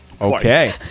Okay